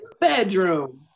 bedroom